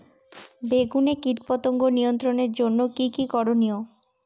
বেগুনে কীটপতঙ্গ নিয়ন্ত্রণের জন্য কি কী করনীয়?